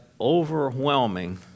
overwhelming